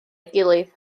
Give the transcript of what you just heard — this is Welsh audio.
gilydd